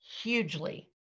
hugely